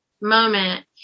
moment